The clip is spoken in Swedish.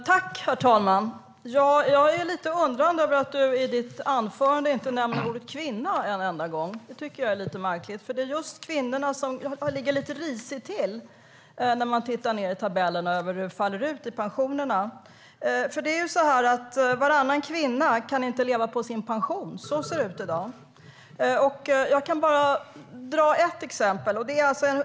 Herr talman! Jag är lite undrande över att Lars-Arne Staxäng i sitt anförande inte nämnde kvinnor en enda gång. Det är lite märkligt. Det är just kvinnorna som ligger lite risigt till i tabellerna över hur pensionerna faller ut. Varannan kvinna kan inte leva på sin pension. Så ser det ut i dag. Låt mig ge ett exempel.